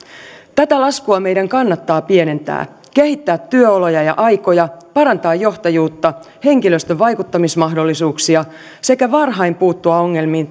tätä laskua meidän kannattaa pienentää kehittää työoloja ja aikoja parantaa johtajuutta ja henkilöstön vaikuttamismahdollisuuksia sekä puuttua varhain ongelmiin